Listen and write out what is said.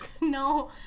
No